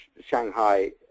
Shanghai